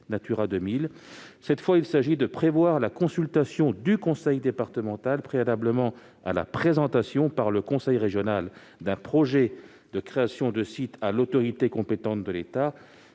Natura 2000. Cette fois, il s'agit de prévoir la consultation du conseil départemental préalablement à la présentation par le conseil régional d'un projet de création de site à l'autorité compétente de l'État.